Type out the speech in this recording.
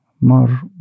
more